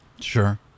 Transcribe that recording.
Sure